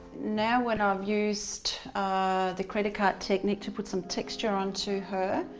now when i've used the credit card technique to put some texture onto her,